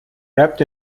wrapped